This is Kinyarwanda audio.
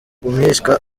umwishywa